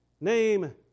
name